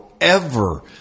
forever